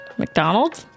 mcdonald's